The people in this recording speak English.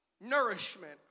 nourishment